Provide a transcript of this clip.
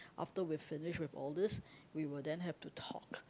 after we finished with all these we would then have to talk